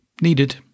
needed